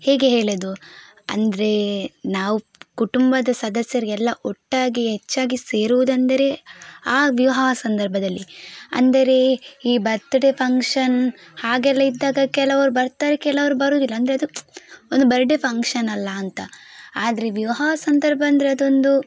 ಹೇಗೆ ಹೇಳೋದು ಅಂದರೆ ನಾವು ಕುಟುಂಬದ ಸದಸ್ಯರೆಲ್ಲ ಒಟ್ಟಾಗಿ ಹೆಚ್ಚಾಗಿ ಸೇರುವುದೆಂದರೆ ಆ ವಿವಾಹ ಸಂದರ್ಭದಲ್ಲಿ ಅಂದರೆ ಈ ಬರ್ತ್ಡೆ ಫಂಕ್ಷನ್ ಹಾಗೆಲ್ಲ ಇದ್ದಾಗ ಕೆಲವರು ಬರ್ತಾರೆ ಕೆಲವರು ಬರೋದಿಲ್ಲ ಅಂದರೆ ಅದು ಒಂದು ಬರ್ಡೆ ಫಂಕ್ಷನ್ ಅಲ್ಲ ಅಂತ ಆದರೆ ವಿವಾಹ ಸಂದರ್ಭ ಅಂದರೆ ಅದೊಂದು